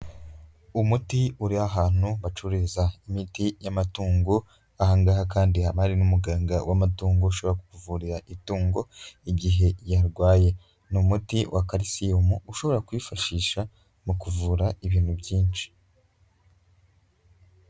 Umuti uri ahantu bacururiza imiti y'matungo, aha ngaha kandi haba hari n'umuganga w'amatungo, ushobora kuvurira itungo, igihe yarwaye, ni umuti wa Kalisiyumu, ushobora kwifashisha mu kuvura ibintu byinshi.